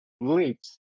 leaps